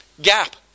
gap